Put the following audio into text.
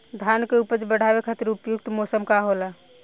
धान के उपज बढ़ावे खातिर उपयुक्त मौसम का होला?